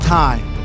time